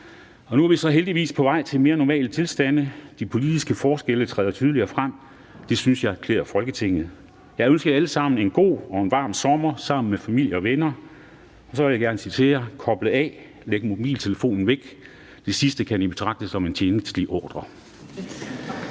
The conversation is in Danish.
Nu er vi så heldigvis på vej til mere normale tilstande. De politiske forskelle træder tydeligere frem – det synes jeg klæder Folketinget. Jeg vil ønske jer alle sammen en god og en varm sommer sammen med familie og venner. Og så vil jeg gerne sige til jer: Kobl af, læg mobiltelefonen væk – det sidste kan I betragte som en tjenstlig ordre.